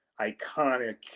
iconic